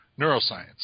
neuroscience